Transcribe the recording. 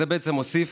זה מוסיף